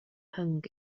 hung